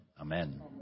Amen